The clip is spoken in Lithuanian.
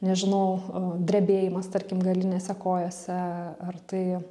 nežinau drebėjimas tarkim galinėse kojose ar tai